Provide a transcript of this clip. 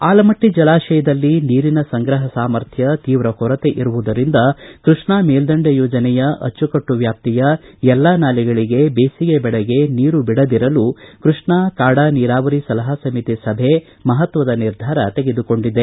ಆಲಮಟ್ಟಿ ಜಲಾಶಯದಲ್ಲಿ ನೀರಿನ ಸಂಗ್ರಹ ಸಾಮರ್ಥ್ಯ ತೀವ್ರ ಕೊರತೆ ಇರುವುದರಿಂದ ಕೃಷ್ಣಾ ಮೇಲ್ದಂಡೆ ಯೋಜನೆಯ ಅಚ್ಚುಕಟ್ಟು ವ್ಯಾಪ್ತಿಯ ಎಲ್ಲಾ ನಾಲೆಗಳಿಗೆ ಬೇಸಿಗೆ ಬೆಳೆಗೆ ನೀರು ಬಿಡದಿರಲು ಕೈಷ್ಣಾ ಕಾಡಾ ನೀರಾವರಿ ಸಲಹಾ ಸಮಿತಿ ಸಭೆ ಮಹತ್ವದ ನಿರ್ಧಾರ ತೆಗೆದುಕೊಂಡಿದೆ